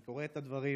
אני קורא את הדברים,